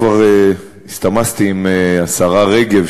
כבר הסתמסתי עם השרה רגב,